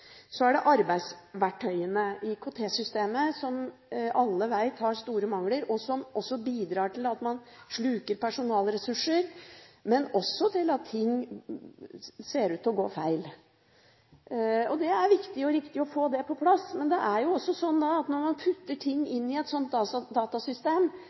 Så er det arbeidsverktøyene, bl.a. IKT-systemet, som alle vet har store mangler, og som bidrar til at man sluker personalressurser, men også til at ting ser ut til å gå feil. Det er viktig og riktig å få det på plass. Men det er også sånn at når man putter ting inn i et datasystem,